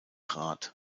rad